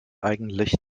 eigentlich